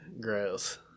Gross